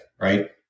right